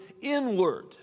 inward